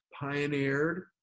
pioneered